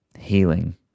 healing